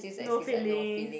no feeling